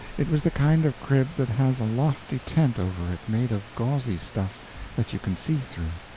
it was the kind of crib that has a lofty tent over it made of gauzy stuff that you can see through.